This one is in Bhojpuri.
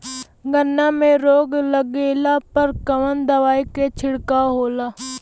गन्ना में रोग लगले पर कवन दवा के छिड़काव होला?